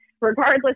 regardless